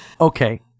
Okay